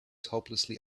hopelessly